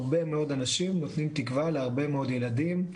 הרבה מאוד אנשים נותנים תקווה להרבה מאוד ילדים.